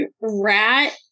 Rat